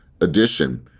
addition